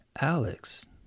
Alex